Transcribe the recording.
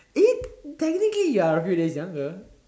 eh technically you are a few days younger